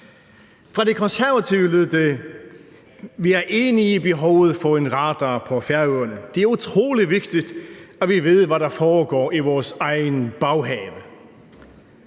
Fra De Konservative lød det: Vi er enige i behovet for at få en radar på Færøerne – det er utrolig vigtigt, at vi ved, hvad der foregår i vores egen baghave.